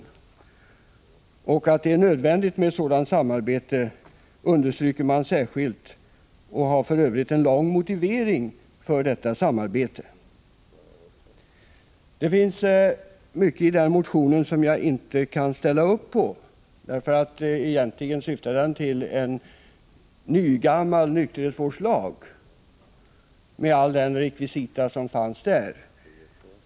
Man understryker särskilt att det är nödvändigt med ett sådant samarbete, och man har för övrigt en lång motivering för detta samarbete. Det finns mycket i den motionen som jag inte kan ställa mig bakom, för den syftar egentligen till en ”nygammal” nykterhetsvårdslag, med all den rekvisita som fanns i den.